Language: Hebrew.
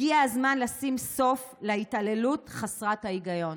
הגיע הזמן לשים סוף להתעללות חסרת ההיגיון.